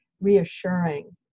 reassuring